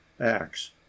acts